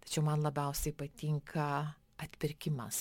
tačiau man labiausiai patinka atpirkimas